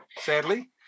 sadly